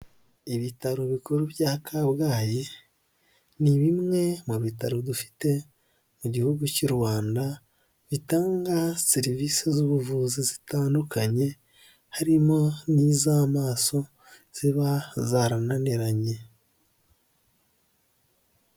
Ibitaro bikuru bya Kabgayi ni bimwe mu bitaro dufite mu gihugu cy' u Rwanda, bitanga serivisi z'ubuvuzi zitandukanye harimo n'iz'amaso ziba zarananiranye.